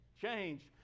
Change